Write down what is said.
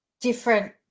different